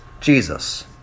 Jesus